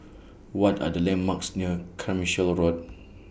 What Are The landmarks near Carmichael Road